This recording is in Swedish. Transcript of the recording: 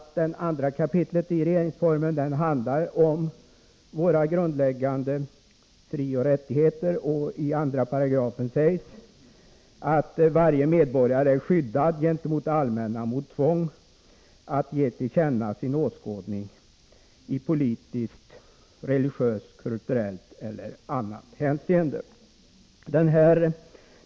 2 kap. i regeringsformen handlar om våra grundläggande frioch rättigheter. I 2 § sägs att varje medborgare är skyddad gentemot det allmänna, mot tvång att ge till känna sin åskådning i politiskt, religiöst, kulturellt eller annat hänseende.